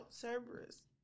Cerberus